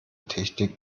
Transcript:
technik